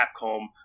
capcom